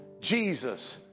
Jesus